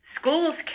Schools